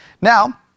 Now